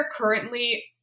currently